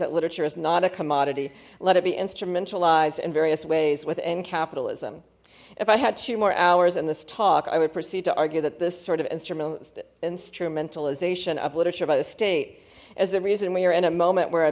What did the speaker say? that literature is not a commodity let it be instrumentalized in various ways within capitalism if i had two more hours in this talk i would proceed to argue that this sort of instrumental instrumentalization of literature by the state is the reason we are in a moment where a